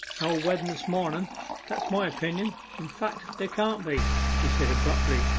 no wedden this mornen that's my opinion. in fact, there can't be he said abruptly,